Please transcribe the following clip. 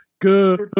good